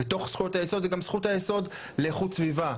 בתוך זכויות היסוד זה גם זכות היסוד לאיכות סביבה,